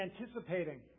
anticipating